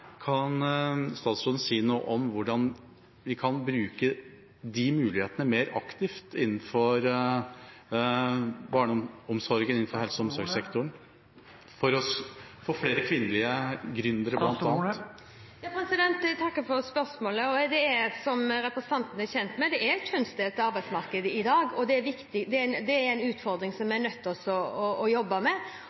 Kan statsråden si noe om hvordan vi kan bruke de mulighetene mer aktivt innenfor helse- og omsorgssektoren, for å få flere kvinnelige gründere, bl.a.? Jeg takker for spørsmålet. Som representanten er kjent med, er det et kjønnsdelt arbeidsmarked i dag, og det er en utfordring som vi er nødt til å jobbe med.